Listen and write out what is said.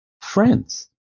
friends